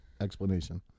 explanation